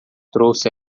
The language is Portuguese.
trouxe